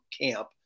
camp